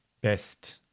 best